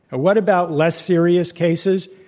what about less serious cases?